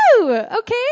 Okay